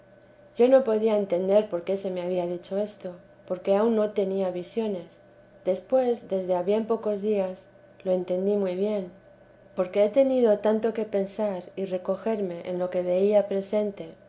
yo no podía entender por qué se me había dicho esto porque aun no tenía visiones después desde a bien pocos días lo entendí muy bien porque he tenido tanto que pensar y recogerme en lo que veía presente